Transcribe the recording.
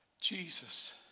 Jesus